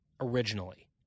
originally